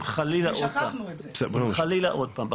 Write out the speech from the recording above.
אם חלילה עוד פעם,